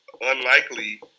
unlikely